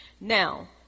Now